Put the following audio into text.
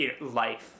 life